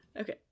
Okay